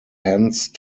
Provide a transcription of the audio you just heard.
hence